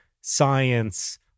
science